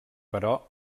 però